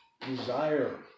desire